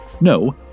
No